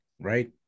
Right